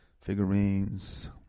figurines